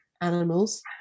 Animals